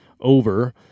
over